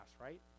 right